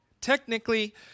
technically